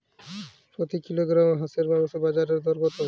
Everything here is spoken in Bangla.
প্রতি কিলোগ্রাম হাঁসের মাংসের বাজার দর কত?